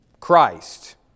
Christ